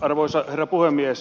arvoisa herra puhemies